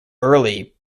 early